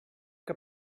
que